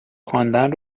خواندن